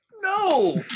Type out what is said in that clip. No